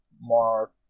more